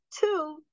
two